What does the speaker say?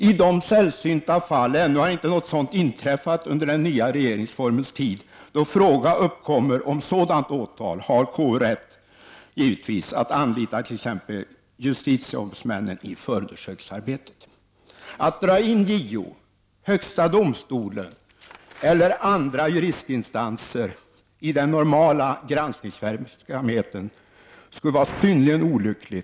I de sällsynta fall — ännu har inte något sådant inträffat under den nya regeringsformens tid — där fråga uppkommer om sådant åtal har KU givetvis rätt att anlita t.ex. JO i förundersökningsarbetet. Att dra in JO, högsta domstolen eller andra juristinstanser i den normala granskningsverksamheten skulle vara synnerligen olyckligt.